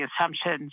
assumptions